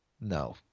No